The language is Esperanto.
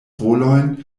rolojn